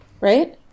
right